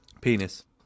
Penis